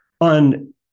on